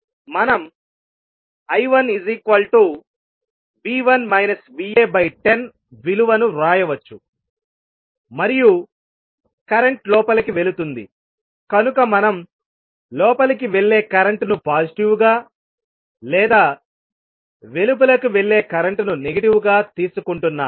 మనం I110 విలువను వ్రాయవచ్చు మరియు కరెంట్ లోపలికి వెళుతుందికనుక మనం లోపలికి వెళ్ళే కరెంట్ను పాజిటివ్గా లేదా వెలుపలకు వెళ్ళే కరెంట్ను నెగిటివ్గా తీసుకుంటున్నాము